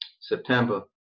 September